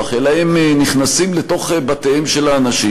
אלא הם נכנסים לתוך בתיהם של האנשים,